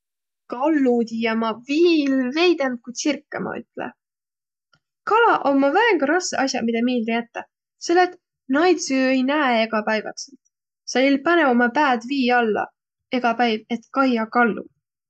Kallu ma tiiä viil veidemb ku tsirkõ, ma ütle. Kalaq ommaq väega rassõq as'aq, midä miilde jättäq, selle et naid sa jo ei näeq egäpäävätselt. Sa jo ei panõq umma pääd vii alla egä päiv, et kaiaq kallu.